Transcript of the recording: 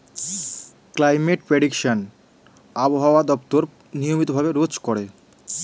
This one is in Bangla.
ক্লাইমেট প্রেডিকশন আবহাওয়া দপ্তর নিয়মিত ভাবে রোজ করে